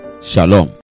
shalom